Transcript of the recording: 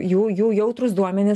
jų jų jautrūs duomenys